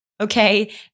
okay